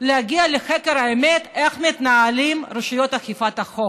להגיע לחקר האמת איך מתנהלות רשויות אכיפת החוק,